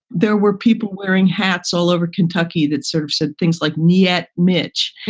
there were people wearing hats all over kentucky that sort of said things like yet, mitch.